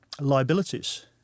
liabilities